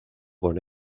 con